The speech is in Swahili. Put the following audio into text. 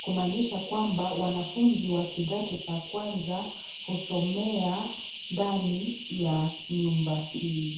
kumaanisha kwamba wanafuzi wa kidato cha kwaza husomea ndani ya nyumba hii.